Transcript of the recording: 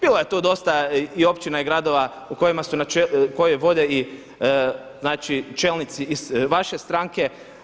Bilo je tu dosta i općina i gradova u kojima su, koje vode i znači čelnici iz vaše stranke.